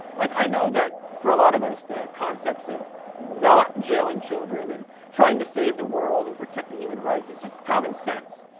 like i know that, for a lot of us, the concepts of not jailing children and trying to save the world and protecting human rights is just common sense,